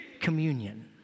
communion